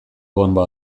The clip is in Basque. bonba